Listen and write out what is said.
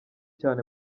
cyane